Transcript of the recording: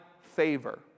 favor